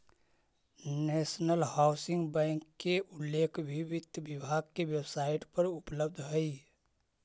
national housing bank के उल्लेख भी वित्त विभाग के वेबसाइट पर उपलब्ध हइ